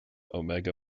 omega